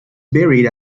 buried